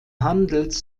handels